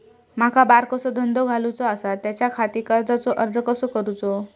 माका बारकोसो धंदो घालुचो आसा त्याच्याखाती कर्जाचो अर्ज कसो करूचो?